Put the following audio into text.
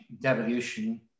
devolution